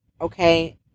okay